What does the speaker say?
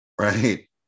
Right